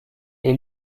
est